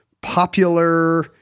popular